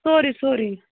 سورُے سورُے